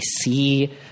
see